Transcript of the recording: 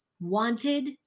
wanted